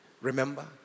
Remember